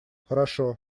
хорошо